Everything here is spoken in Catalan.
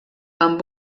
amb